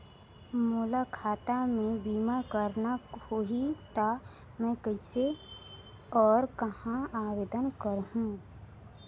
मोला खाता मे बीमा करना होहि ता मैं कइसे और कहां आवेदन करहूं?